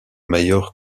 meilleur